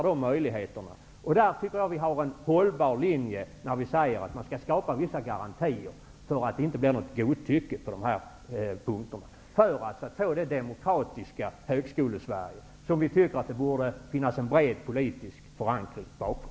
Där har vi en hållbar linje, när vi säger att man skall skapa vissa garantier för att det inte blir något godtycke på de här punkterna, för att få det demokratiska Högskole-sverige som vi tycker att det borde finnas en bred politisk förankring bakom.